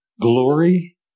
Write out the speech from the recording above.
glory